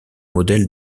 modèle